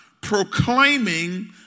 proclaiming